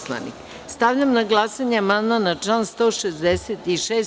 Stavljam na glasanje amandman na član 166.